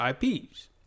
IPs